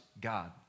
God